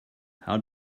how